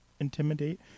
intimidate